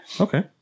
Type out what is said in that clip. Okay